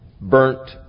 burnt